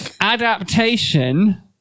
Adaptation